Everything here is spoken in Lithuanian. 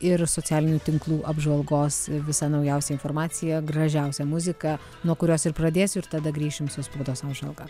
ir socialinių tinklų apžvalgos visa naujausia informacija gražiausia muzika nuo kurios ir pradėsiu ir tada grįšim su spaudos apžvalga